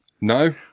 No